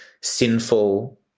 sinful